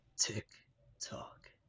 tick-tock